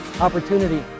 opportunity